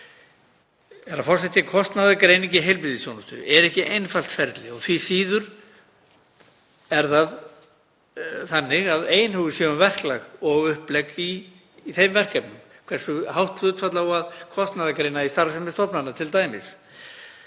Herra forseti. Kostnaðargreining í heilbrigðisþjónustu er ekki einfalt ferli og því síður er það þannig að einhugur sé um verklag og upplegg í þeim verkefnum, hversu hátt hlutfall eigi að kostnaðargreina í starfsemi stofnana t.d.